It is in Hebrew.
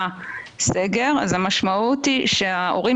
הסגר הראשון היה